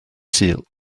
sul